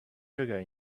sugar